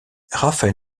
rafael